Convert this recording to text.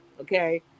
okay